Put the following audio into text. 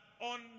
on